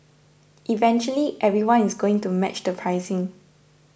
eventually everyone is going to match the pricing